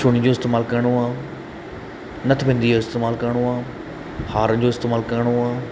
चुड़ीन जो इस्तेमाल करिणो आहे नथ बिंदी जो इस्तेमाल करिणो आहे हारनि जो इस्तेमाल करिणो आहे